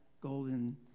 golden